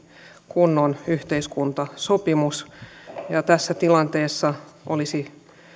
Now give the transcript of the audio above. kunnon yhteiskuntasopimus ja tässä tilanteessa olisi